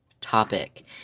topic